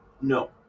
No